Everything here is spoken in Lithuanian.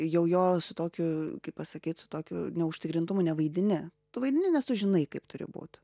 jau jo su tokiu kaip pasakyt su tokiu neužtikrintumu nevaidini tu vaidini nes tu žinai kaip turi būt